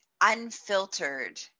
unfiltered